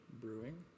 Brewing